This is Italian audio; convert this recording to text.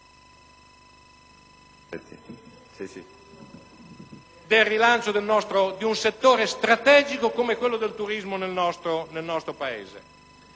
del rilancio di un settore strategico come quello del turismo nel nostro Paese?